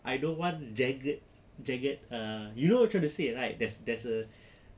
I don't want jagged jagged uh you know what I'm trying to say right there's there's a